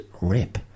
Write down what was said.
rip